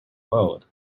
world